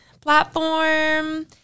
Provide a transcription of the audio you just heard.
platform